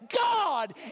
God